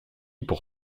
pour